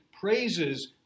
praises